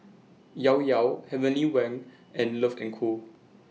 Llao Llao Heavenly Wang and Love and Co